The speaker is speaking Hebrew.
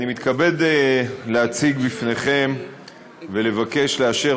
אני מתכבד להציג בפניכם ולבקש לאשר